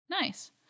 Nice